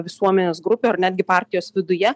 visuomenės grupių ar netgi partijos viduje